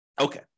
Okay